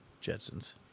Jetson's